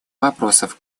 вопросов